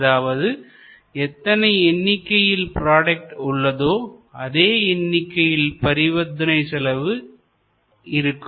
அதாவது எத்தனை எண்ணிக்கையில் ப்ராடக்ட் உள்ளதோ அதே எண்ணிக்கையில் பரிவர்த்தனை செலவு அளவு இருக்கும்